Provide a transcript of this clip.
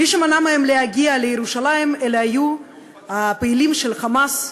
מי שמנע מהם להגיע לירושלים היו הפעילים של "חמאס",